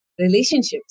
relationships